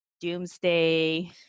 doomsday